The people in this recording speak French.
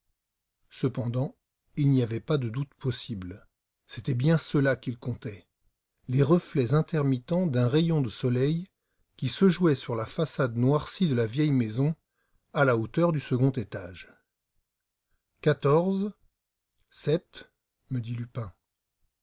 cependant il n'y avait pas de doute possible c'était bien cela qu'il comptait les reflets intermittents d'un rayon de soleil qui se jouait sur la façade noircie de la vieille maison à la hauteur du second étage me dit lupin